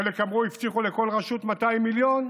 חלק אמרו שהבטיחו לכל רשות 200 מיליון.